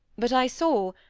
but i saw,